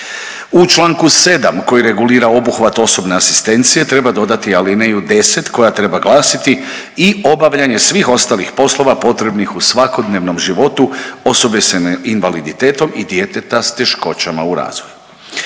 U čl. 7 koji regulira obuhvat osobne asistencije treba dodati alineju 10 koja treba glasiti i obavljanje svih ostalih poslova potrebnih u svakodnevnom životu osobe s invaliditetom i djeteta s teškoćama u razvoju.